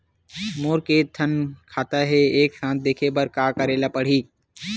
मोर के थन खाता हे एक साथ देखे बार का करेला पढ़ही?